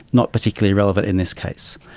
not particularly relevant in this case.